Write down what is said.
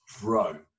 bro